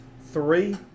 three